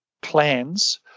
plans